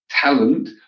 talent